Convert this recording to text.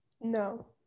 No